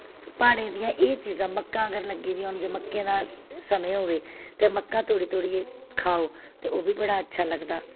प्हाड़ें दियां एह् चीजां मक्कां अगर लग्गी दियां होन जे मक्कें दा समें होऐ ते मक्कां तोड़ी तोड़ियै खाओ ते ओह् बी बड़ा अच्चा लगदा